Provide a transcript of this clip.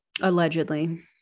Allegedly